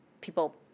people